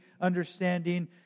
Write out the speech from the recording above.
understanding